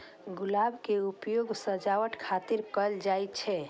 गुलाब के उपयोग सजावट खातिर कैल जाइ छै